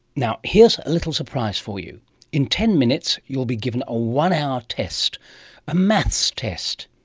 now here's a little surprise for you in ten minutes, you'll be given a one hour test a maths test.